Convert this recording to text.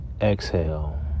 Exhale